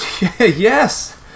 yes